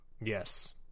yes